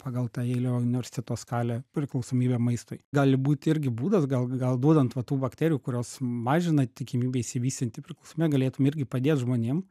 pagal tą jeilio universiteto skalę priklausomybė maistui gali būt irgi būdas gal gal duodant va tų bakterijų kurios mažina tikimybę išsivystinti priklausomy galėtum irgi padėt žmonėm